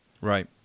Right